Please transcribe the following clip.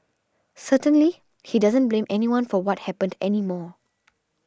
certainly he doesn't blame anyone for what happened anymore